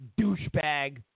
douchebag